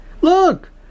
Look